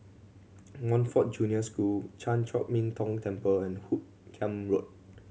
Montfort Junior School Chan Chor Min Tong Temple and Hoot Kiam Road